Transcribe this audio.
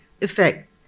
effect